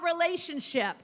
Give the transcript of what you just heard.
relationship